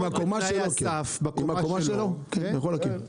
אם הקומה שלו, הוא יכול להקים.